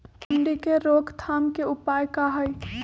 सूंडी के रोक थाम के उपाय का होई?